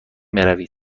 بروید